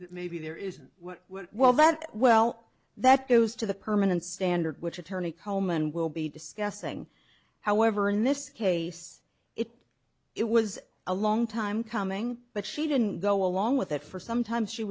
that maybe there isn't what well that well that goes to the permanent standard which attorney coleman will be discussing however in this case it was a long time coming but she didn't go along with it for some time she